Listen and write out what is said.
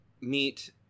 meet